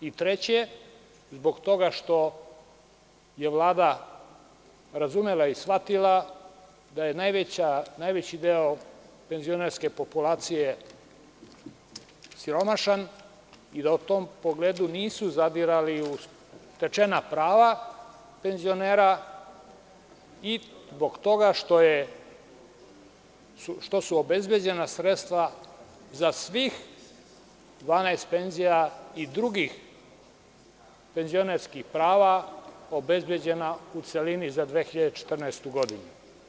I treće, zbog toga što je Vlada razumela i shvatila da je najveći deo penzionerske populacije siromašan i da u tom pogledu nisu zadirali u stečena prava penzionera i zbog toga što su obezbeđena sredstva za svih 12 penzija i drugih penzionerskih prava, obezbeđena u celini za 2014. godinu.